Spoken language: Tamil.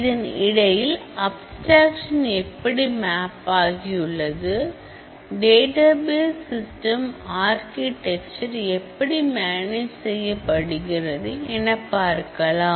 இதன் இடையில் அப்ஸ்டிரேக்சன் எப்படி மேப் ஆகியுள்ளது டேட்டாபேஸ் சிஸ்டம் ஆர்க்கிடெக்சர் எப்படி மேனேஜ் செய்யப்படுகிறது என பார்க்கலாம்